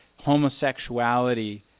homosexuality